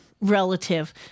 relative